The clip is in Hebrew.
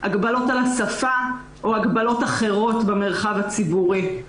והגבלות על השפה או הגבלות אחרות במרחב הציבורי.